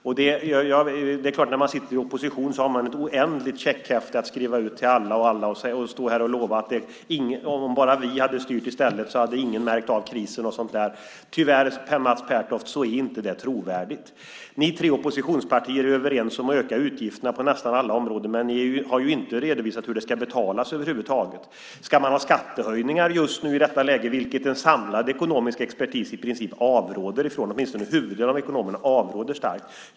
Det är klart att när man sitter i opposition har man ett oändligt checkhäfte att skriva ut till allt och alla. Man kan stå här och lova att om bara vi hade styrt i stället så hade ingen märkt av krisen. Tyvärr, Mats Pertoft, är detta inte trovärdigt. Ni tre oppositionspartier är överens om att öka utgifterna på nästan alla områden, men ni har ju inte redovisat hur det ska betalas över huvud taget. Ska man ha skattehöjningar just nu i detta läge, vilket huvuddelen av den samlade ekonomiska expertisen i princip avråder starkt ifrån?